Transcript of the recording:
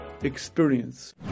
experience